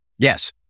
Yes